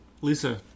Lisa